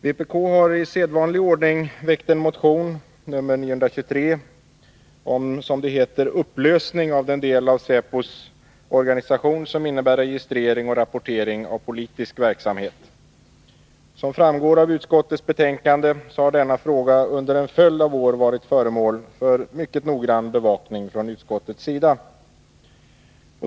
Vpk har i vanlig ordning väckt en motion, nr 923, om — som det heter — upplösning av den del av säkerhetspolisens organisation som innebär registrering och rapportering av politisk verksamhet. Som framgår av utskottets betänkande har denna fråga under en följd av år varit föremål för mycket noggrann bevakning från utskottets sida.